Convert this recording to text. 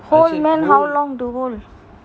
hold then how long to hold